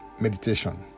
meditation